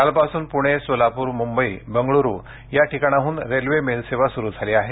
कालपासून पुणे सोलापूर मुंबई बंगळूरू या ठिकाणाहून रेल्वे मेल सेवा सुरू झाली आहे